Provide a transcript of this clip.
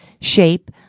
Shape